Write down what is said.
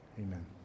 amen